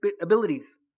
abilities